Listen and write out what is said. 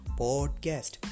podcast